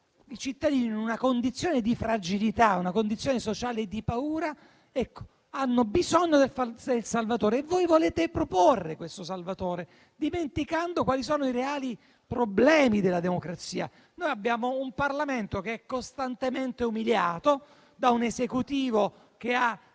I cittadini, in una condizione di fragilità, in una condizione sociale di paura, hanno bisogno del salvatore e voi volete proporre questo salvatore dimenticando quali sono i reali problemi della democrazia. Noi abbiamo un Parlamento che è costantemente umiliato da un Esecutivo che ha